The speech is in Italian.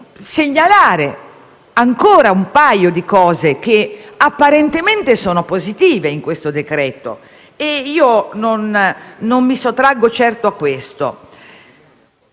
segnalare ancora un paio di cose che apparentemente sono positive in questo decreto-legge e non mi sottraggo certo a questo.